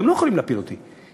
אתם לא יכולים להפיל אותי,